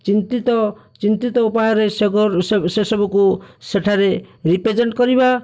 ଚିନ୍ତିତ ଚିନ୍ତିତ ଉପାୟରେ ସେ ଗର ସେ ସେସବୁକୁ ସେଠାରେ ରିପ୍ରେଜେଣ୍ଟ କରିବା